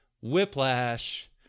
Whiplash